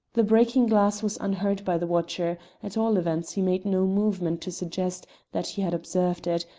the breaking glass was unheard by the watcher at all events he made no movement to suggest that he had observed it,